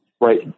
right